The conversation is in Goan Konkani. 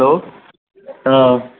हॅलो आं